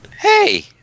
Hey